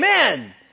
amen